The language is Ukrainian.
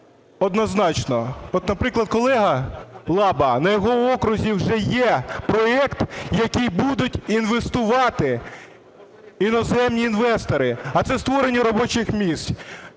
однозначно… От, наприклад, колега Лаба, на його окрузі вже є проекти, який будуть інвестувати іноземні інвестори, а це створення робочих місць.